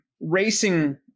racing